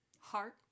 Heart